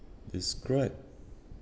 describe